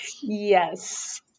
yes